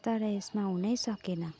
तर यसमा हुनै सकेन